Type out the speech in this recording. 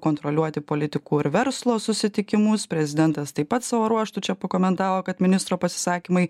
kontroliuoti politikų ir verslo susitikimus prezidentas taip pat savo ruožtu čia pakomentavo kad ministro pasisakymai